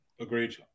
Agreed